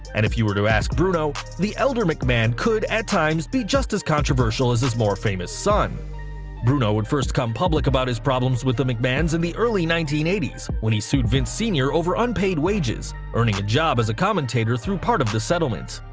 and if you were to ask bruno, the elder mcmahon could at times be just as controversial as his more famous son bruno would first come public about his problems with the mcmahons in the early nineteen eighty s when he sued vince, sr. over unpaid wages, earning a job as a commentator through part of the settlement.